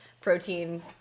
protein